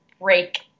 break